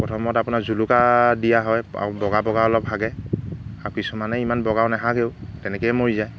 প্ৰথমত আপোনাৰ জুলুকা দিয়া হয় আৰু বগা বগা অলপ হাগে আৰু কিছুমানে ইমান বগাও নাহাগেও তেনেকৈয়ে মৰি যায়